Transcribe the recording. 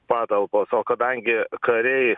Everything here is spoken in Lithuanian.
patalpos o kadangi kariai